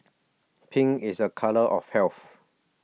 pink is a colour of health